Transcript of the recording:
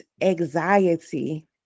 anxiety